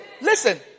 Listen